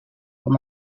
com